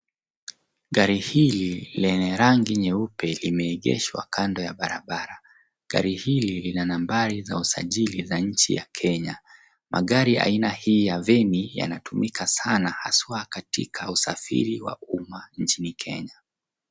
Gari hili lenye rangi nyeupe limeegeshwa kando ya barabara. Gari hili lina nambari za usajili za nchi ya Kenya. Magari aina hii ya veni yanatumika sana haswa katika usafiri wa umma nchini Kenya.